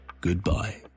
goodbye